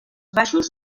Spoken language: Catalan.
baixos